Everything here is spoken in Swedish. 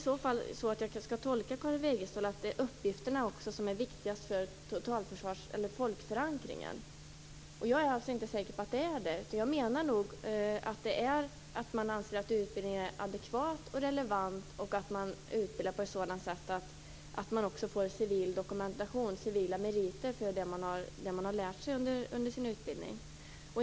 Skall jag också tolka Karin Wegestål så att det är uppgifterna som är viktigast för folkförankringen? Jag är inte säker på att det är så. Jag menar att det viktigaste är att man anser att utbildningen är adekvat och relevant, och att utbildningen sker på ett sådant sätt att man också får civil dokumentation och civila meriter för det som man har lärt sig under sin utbildning.